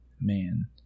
man